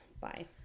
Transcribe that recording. bye